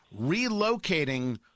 relocating